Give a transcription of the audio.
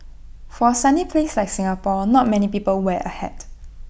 for A sunny place like Singapore not many people wear A hat